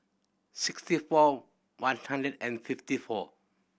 sixty four one hundred and fifty four